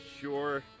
Sure